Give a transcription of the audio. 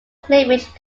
cleavage